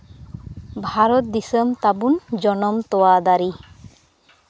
ᱵᱷᱟᱨᱚᱛ ᱫᱤᱥᱚᱢ ᱛᱟᱵᱚᱱ ᱡᱚᱱᱚᱢ ᱛᱚᱣᱟ ᱫᱟᱨᱮ